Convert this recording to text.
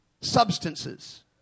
substances